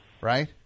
Right